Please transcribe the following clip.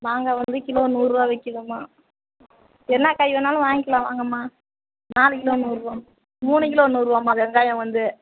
மாங்காய் வந்து கிலோ நூறுரூவா விற்கிதும்மா என்ன காய் வேணாலும் வாங்கிக்கலாம் வாங்கம்மா நாலு கிலோ நூறுரூவாம்மா மூணு கிலோ நூறுரூவாம்மா வெங்காயம் வந்து